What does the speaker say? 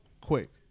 Quick